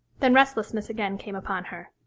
then restlessness again came upon her.